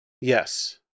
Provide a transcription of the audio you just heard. Yes